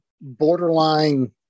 borderline